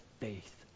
faith